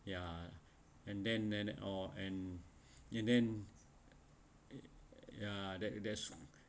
ya and then that all and then ya that that's